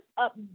up